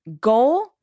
goal